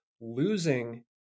losing